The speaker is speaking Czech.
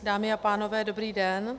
Dámy a pánové, dobrý den.